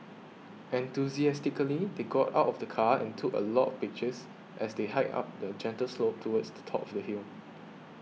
enthusiastically they got out of the car and took a lot of pictures as they hiked up the gentle slope towards the top of the hill